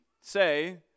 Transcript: say